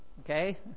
okay